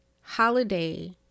holiday